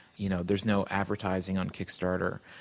you know there's no advertising on kickstarter.